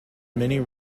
many